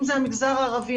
אם זה המגזר הערבי,